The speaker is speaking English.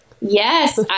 Yes